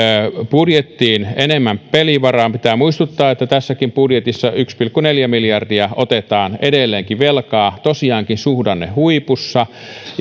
budjettiin enemmän pelivaraa pitää muistuttaa että tässäkin budjetissa yksi pilkku neljä miljardia otetaan edelleenkin velkaa tosiaankin suhdannehuipussa